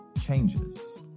changes